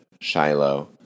Shiloh